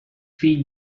feed